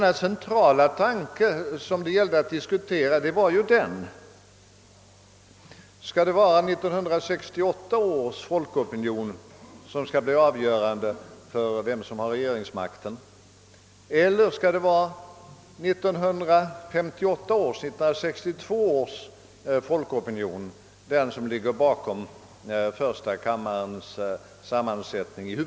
Den centrala tanke som det gällde att diskutera var ju denna: Skall 1968 års folkopinion bli avgörande för vem som har regeringsmakten eller skall det vara 1958 eller 1962 års folkopinion — den som i huvudsak ligger bakom första kammarens sammansättning?